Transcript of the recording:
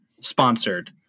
sponsored